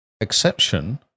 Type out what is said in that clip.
Exception